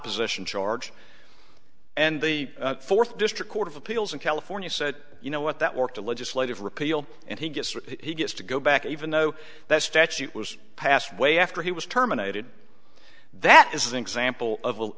proposition charge and the fourth district court of appeals in california said you know what that worked a legislative repeal and he gets he gets to go back even though that statute was passed way after he was terminated that is an example of a